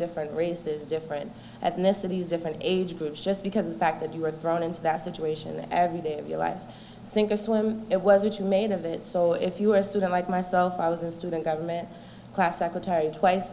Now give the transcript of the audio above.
different races different ethnicities different age groups just because of the fact that you were thrown into that situation every day of your life sink or swim it was which made of it so if you were a student like myself i was in student government class secretary twice